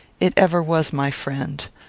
it ever was my friend.